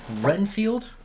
Renfield